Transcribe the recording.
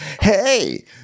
Hey